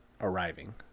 arriving